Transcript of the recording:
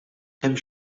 hemm